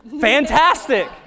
Fantastic